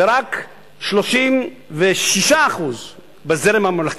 ורק 36% בזרם הממלכתי.